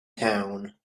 town